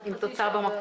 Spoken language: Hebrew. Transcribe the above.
עם תוצאה במקום.